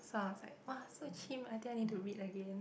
so I was like !wah! so chim I think I need to read again